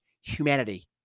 humanity